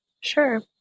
Sure